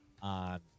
On